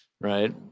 right